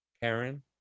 Karen